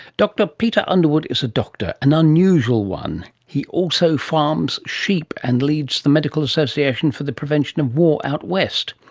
dr peter underwood is a doctor an unusual one. he also farms sheep, and leads the medical association for the prevention of war out west.